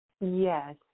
Yes